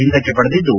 ಹಿಂದಕ್ಕೆ ಪಡೆದಿದ್ದು